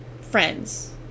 friends